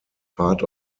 part